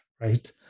right